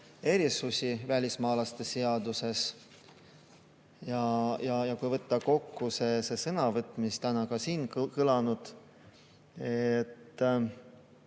erisusi välismaalaste seaduses. Kui võtta kokku see sõnavõtt, mis täna ka siin kõlas, siis